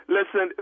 Listen